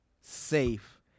safe